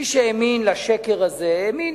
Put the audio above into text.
מי שהאמין לשקר הזה, האמין.